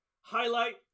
highlight